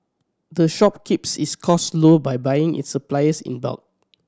the shop keeps its cost low by buying its supplies in bulk